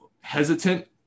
hesitant